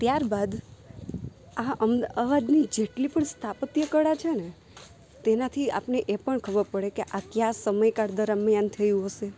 ત્યાર બાદ આ અમદાવાદની જેટલી પણ સ્થાપત્યકળા છેને તેનાથી આપણને એ પણ ખબર પડે કે આ કયા સમયકાળ દરમિયાન થયું હશે